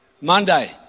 Monday